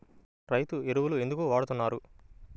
రైతు ఎరువులు ఎందుకు వాడుతున్నారు?